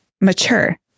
mature